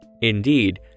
Indeed